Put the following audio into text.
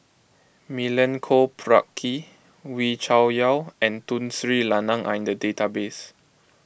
Milenko Prvacki Wee Cho Yaw and Tun Sri Lanang are in the database